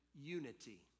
unity